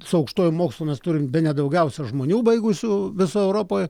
su aukštuoju mokslu mes turim bene daugiausia žmonių baigusių visoj europoje